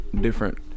different